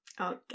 Okay